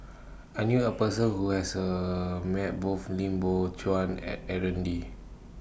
I knew A Person Who has A Met Both Lim Biow Chuan and Aaron Lee